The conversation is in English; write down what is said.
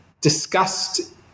discussed